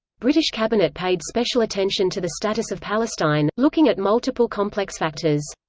british cabinet paid special attention to the status of palestine, looking at multiple complex factors.